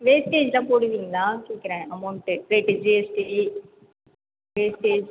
வேஸ்டேஜ்லாம் போடுவீங்களா கேட்கறேன் amount rate GST wastage